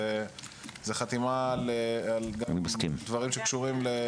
זאת חתימה גם על דברים קשורים למידע מוצלב.